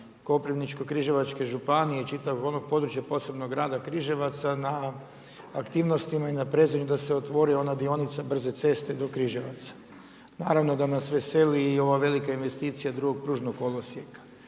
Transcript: Koprivničko-križevačke županije i čitavog onog područja, posebno grada Križevaca na aktivnostima i naprezanju da se otvori ona dionica brze ceste do Križevaca. Naravno da nas veseli i ova velika investicija drugog pružnog kolosijeka.